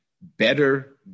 better